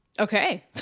Okay